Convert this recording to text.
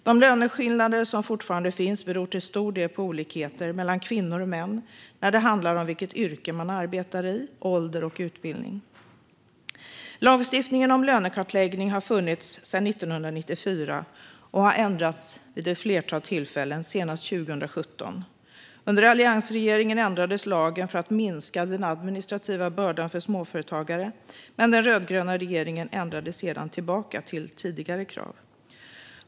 De löneskillnader som fortfarande finns beror till stor del på olikheter mellan kvinnor och män när det handlar om vilket yrke man arbetar i, ålder och utbildning. Lagstiftningen om lönekartläggning har funnits sedan 1994 och har ändrats vid ett flertal tillfällen, senast 2017. Under alliansregeringen ändrades lagen för att minska den administrativa bördan för småföretagare, men den rödgröna regeringen ändrade sedan tillbaka till tidigare krav.